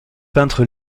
peintre